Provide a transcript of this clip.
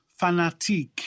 fanatique